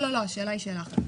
לא, השאלה היא שאלה אחרת.